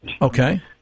Okay